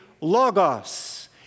logos